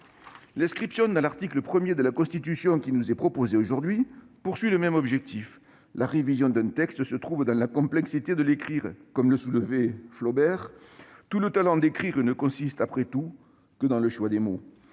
L'inscription dans l'article 1 de la Constitution qui nous est proposée aujourd'hui a le même objectif. La révision d'un texte renvoie à la complexité de le rédiger. Comme le soulignait Flaubert :« Tout le talent d'écrire ne consiste après tout que dans le choix des mots.